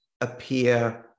appear